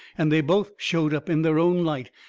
and they both showed up in their own light,